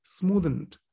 smoothened